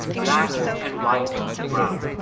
black and white and brown.